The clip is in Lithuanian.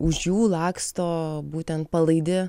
už jų laksto būtent palaidi